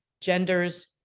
genders